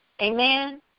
Amen